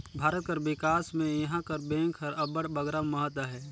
भारत कर बिकास में इहां कर बेंक कर अब्बड़ बगरा महत अहे